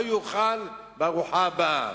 מה הוא יאכל בארוחה הבאה.